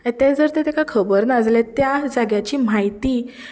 आनी तें जर तेका खबर ना जाल्यार त्या जाग्याची म्हायती